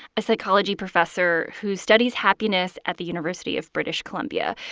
a psychology professor who studies happiness at the university of british columbia.